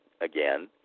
again